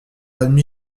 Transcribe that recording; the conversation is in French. admis